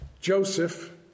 joseph